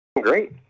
great